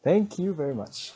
thank you very much